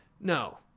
no